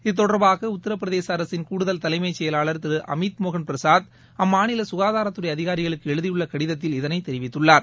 இது தொடர்பாகஉத்திரபிரதேசஅரசின் கூடுதல் தலைமைச் செயலளர் திருஅமித் மோகன் பிரசாத் அம்மாநிலசுகாதாரத்துறைஅதிகாரிகளுக்குஎழுதியுள்ளகடிதத்தில் இதனைத் தெிவித்துள்ளார்